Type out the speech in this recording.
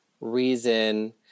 reason